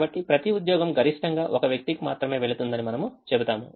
కాబట్టి ప్రతి ఉద్యోగం గరిష్టంగా ఒక వ్యక్తికి మాత్రమే వెళ్తుందని మనము చెబుతాము